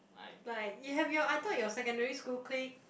like you have you I thought you have your secondary school click